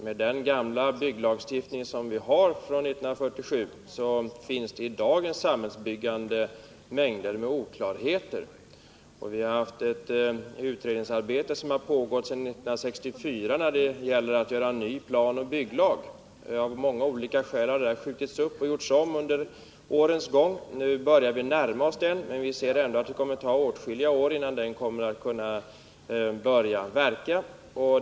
Med den gamla bygglagstiftning från 1947 som vi har finns det mängder av oklarheter i dagens samhällsbyggande. Sedan 1964 har det pågått ett utredningsarbete rörande ny planoch bygglag. Av många olika skäl har arbetet skjutits upp och gjorts om under årens gång. Nu börjar vi närma oss ett resultat, men det kommer ändå att ta åtskilliga år innan en ny lag kommer att kunna börja verka.